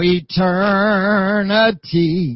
eternity